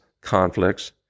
conflicts